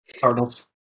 Cardinals